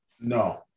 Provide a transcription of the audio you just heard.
No